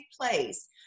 place